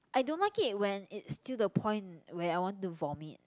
I don't like it when it's till the point where I want to vomit